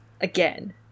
Again